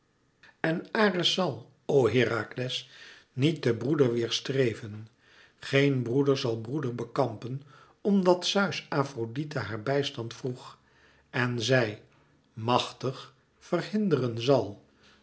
en ares zal o herakles niet den broeder weêrstreven geen broeder zal broeder bekampen omdat zeus afrodite haar bijstand vroeg en zij machtig verhinderen zal